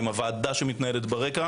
עם הוועדה שמתנהלת ברקע.